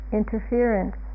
interference